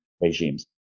regimes